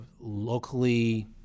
locally